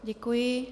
Děkuji.